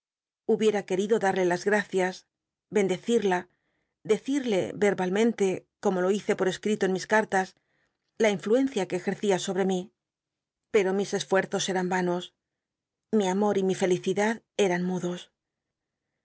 hubiera qucrido dal'ie las gracias bendecirla decirle erbalmenlc como lo hice por escrito en mis cartas la influencia que cjercia sobre mi biblioteca nacional de españa david copperfield pero mis esfuerzos eran m nos mi amor y mi felicidad eran mudos